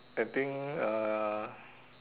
I think uh